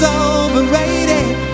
overrated